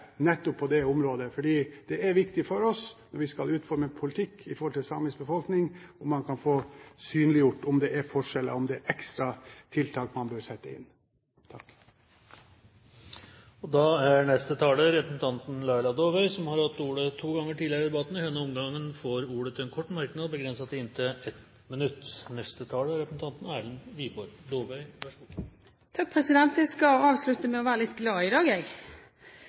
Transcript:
nettopp på det området. For det er viktig for oss når vi skal utforme politikk i forhold til samisk befolkning, om man kan få synliggjort om det er forskjeller, om det er ekstra tiltak man bør sette inn. Representanten Laila Dåvøy har hatt ordet to ganger tidligere i debatten og får i denne omgang ordet til en kort merknad, begrenset til 1 minutt. Jeg skal avslutte med å være litt glad i dag, jeg.